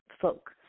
folk